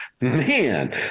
man